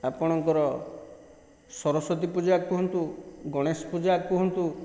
ଆପଣଙ୍କର ସରସ୍ଵତୀ ପୂଜା କୁହନ୍ତୁ ଗଣେଶ ପୂଜା କୁହନ୍ତୁ